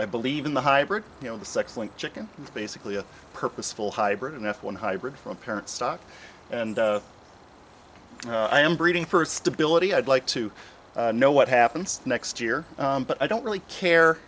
i believe in the hybrid you know the sex link chicken basically a purposeful hybrid an f one hybrid from parent stock and i am breeding for stability i'd like to know what happens next year but i don't really care